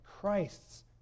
Christ's